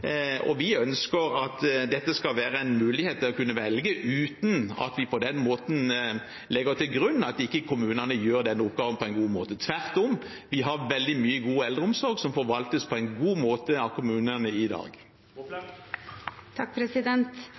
og vi ønsker at dette skal være en mulighet til å kunne velge, uten at vi på den måten legger til grunn at ikke kommunene gjør den oppgaven på en god måte. Tvert om har vi veldig mye god eldreomsorg som forvaltes på en god måte av kommunene i dag.